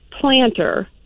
planter